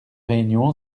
réunion